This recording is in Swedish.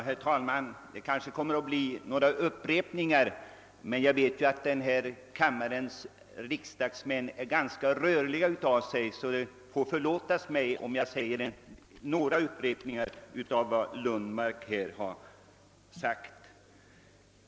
Herr talman! Jag vet att denna kammares ledamöter är ganska rörliga av sig, så det får förlåtas mig om jag i någon mån upprepar vad herr Lundmark redan har sagt.